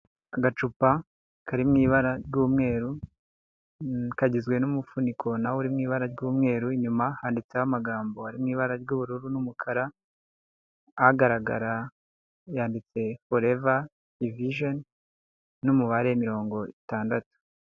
Aka gacupa kari mu ibara ry'umweru, kagizwe n'umufuniko na wo uri mu ibara ry'umweru, inyuma handitseho amagambo ari mu ibara ry'ubururu, n'umukara agaragara, yanditse foreva vijoni, n'umubare mirongo itandatu.